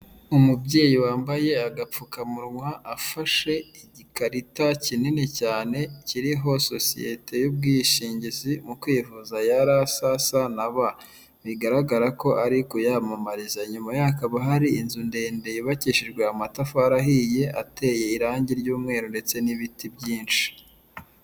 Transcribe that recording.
Umubyeyi wambaye agapfukamunwa afashe igikarita kinini cyane, kiriho sosiyete y'ubwishingizi mu kwivuza yari ra, sa, sa na ba, bigaragara ko ari kuyamamariza inyuma ye hakaba hari inzu ndende, yubakishijwe amatafari ahiye, ateye irangi ry'umweru ndetse n'ibiti byinshi.